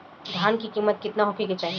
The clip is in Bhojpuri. धान के किमत केतना होखे चाही?